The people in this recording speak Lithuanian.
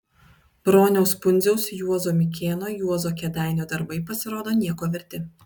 broniaus pundziaus juozo mikėno juozo kėdainio darbai pasirodo nieko verti